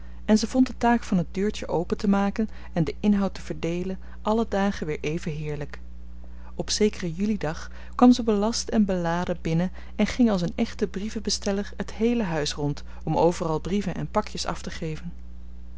en ze vond de taak van het deurtje open te maken en den inhoud te verdeelen alle dagen weer even heerlijk op zekeren julidag kwam ze belast en beladen binnen en ging als een echte brievenbesteller het heele huis rond om overal brieven en pakjes af te geven